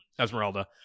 Esmeralda